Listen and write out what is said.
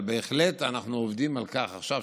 אבל בהחלט אנחנו עובדים על כך עכשיו,